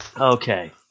Okay